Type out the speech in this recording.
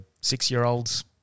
six-year-olds